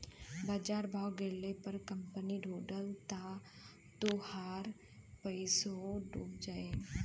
बाजार भाव गिरले पर कंपनी डूबल त तोहार पइसवो डूब जाई